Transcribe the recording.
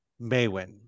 Maywin